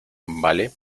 vale